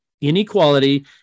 inequality